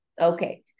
Okay